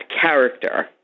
character